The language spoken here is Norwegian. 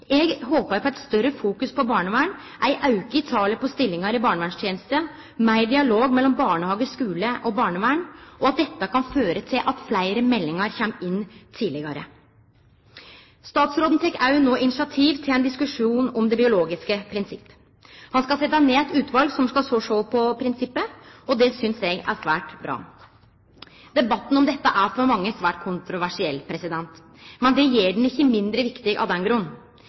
Eg håpar at eit større fokus på barnevern, ein auke i talet på stillingar i barnevernstenesta og meir dialog mellom barnehage, skule og barnevern kan føre til at fleire meldingar kjem inn tidlegare. Statsråden tek no òg initiativ til ein diskusjon om det biologiske prinsippet. Han skal setje ned eit utval som skal sjå på prinsippet, og det synest eg er svært bra. Debatten om dette er for mange svært kontroversiell, men det gjer han ikkje mindre viktig av den grunn.